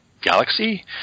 Galaxy